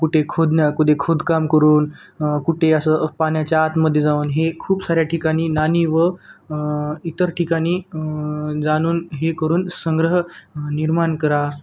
कुठे खोदण्या कुठे खोदकाम करून कुठे असं पाण्याच्या आतमध्ये जाऊन हे खूप साऱ्या ठिकाणी नाणी व इतर ठिकाणी जाणून हे करून संग्रह निर्माण करा